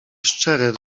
szczere